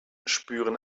spüren